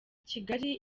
kigali